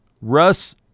Russ